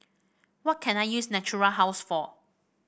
what can I use Natura House for